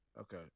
Okay